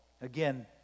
again